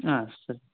ಹಾಂ ಸರಿ